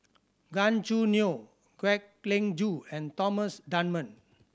Gan Choo Neo Kwek Leng Joo and Thomas Dunman